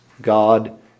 God